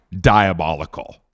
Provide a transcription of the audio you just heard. diabolical